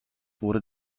wurde